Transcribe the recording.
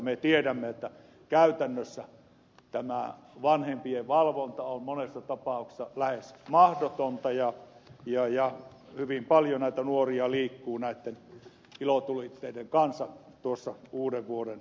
me tiedämme että käytännössä vanhempien valvonta on monessa tapauksessa lähes mahdotonta ja hyvin paljon näitä nuoria liikkuu ilotulitteiden kanssa tuossa uudenvuoden seutuvilla